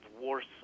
Warsaw